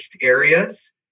areas